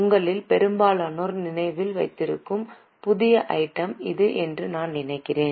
உங்களில் பெரும்பாலோர் நினைவில் வைத்திருக்கும் புதிய ஐட்டம் இது என்று நான் நினைக்கிறேன்